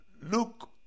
Look